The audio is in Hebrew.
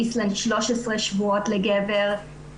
באיסלנד 13 שבועות לגבר.